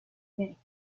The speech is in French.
mérite